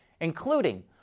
including